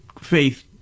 faith